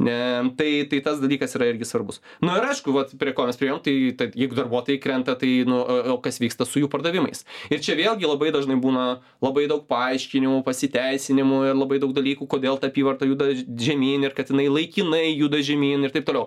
ne tai tas dalykas yra irgi svarbus nu ir aišku vat prie ko mes priėjom tai tad jeigu darbuotojai krenta tai nu o kas vyksta su jų pardavimais ir čia vėlgi labai dažnai būna labai daug paaiškinimų pasiteisinimų labai daug dalykų kodėl ta apyvarta juda žemyn ir kad jinai laikinai juda žemyn ir taip toliau